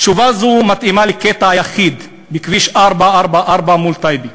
תשובה זו מתאימה לקטע היחיד בכביש 444, מול טייבה,